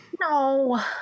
No